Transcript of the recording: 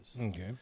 Okay